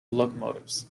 locomotives